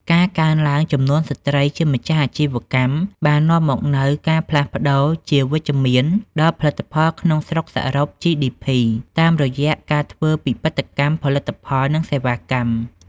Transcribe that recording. ការកើនឡើងនៃចំនួនស្ត្រីជាម្ចាស់អាជីវកម្ម បាននាំមកនូវការផ្លាស់ប្តូរជាវិជ្ជមានដល់ផលិតផលក្នុងស្រុកសរុប GDP តាមរយៈការធ្វើពិពិធកម្មផលិតផល និងសេវាកម្ម។